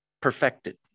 Perfected